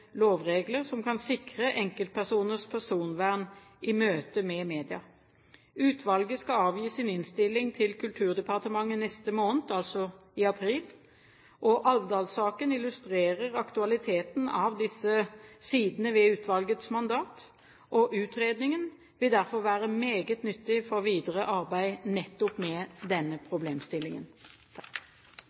lovregler som kan sikre enkeltpersoners personvern i møte med media. Utvalget skal avgi sin innstilling til Kulturdepartementet neste måned, altså i april. Alvdal-saken illustrerer aktualiteten av disse sidene ved utvalgets mandat, og utredningen vil derfor være meget nyttig for videre arbeid med nettopp denne problemstillingen.